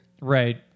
Right